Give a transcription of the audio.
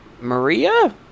Maria